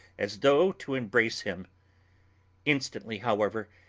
as though to embrace him instantly, however,